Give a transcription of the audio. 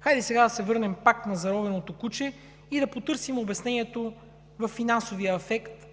Хайде сега да се върнем пак на заровеното куче и да потърсим обяснението във финансовия ефект,